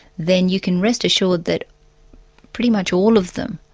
then you can rest assured that pretty much all of them,